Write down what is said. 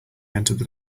entered